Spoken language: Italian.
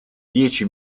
dieci